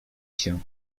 się